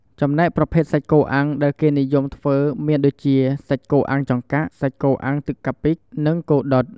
ចំំណែកប្រភេទសាច់គោអាំងដែលគេនិយមធ្វើមានដូចជា សាច់គោអាំងចង្កាក់ សាច់គោអាំងទឹកកាពិ និងគោដុត។